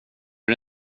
det